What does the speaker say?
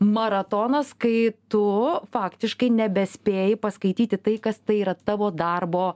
maratonas kai tu faktiškai nebespėji paskaityti tai kas tai yra tavo darbo